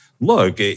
look